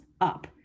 up